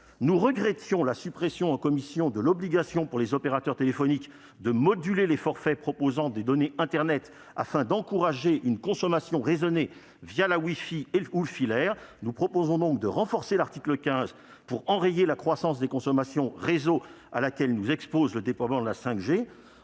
Nous regrettions la suppression en commission de l'obligation pour les opérateurs téléphoniques de moduler les forfaits proposant des données internet afin d'encourager une consommation raisonnée le wifi ou le filaire. Nous souhaitons donc renforcer l'article 15 pour enrayer la croissance des consommations réseaux à laquelle nous expose le déploiement de la 5G.